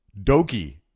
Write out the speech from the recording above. Doki